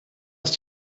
ist